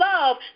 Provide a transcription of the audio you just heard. love